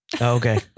Okay